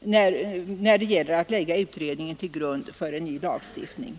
när det gäller att lägga utredningen till grund för ny lagstiftning”.